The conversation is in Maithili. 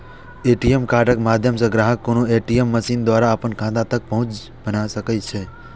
ए.टी.एम कार्डक माध्यम सं ग्राहक कोनो ए.टी.एम मशीन द्वारा अपन खाता तक पहुंच बना सकैए